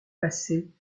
passés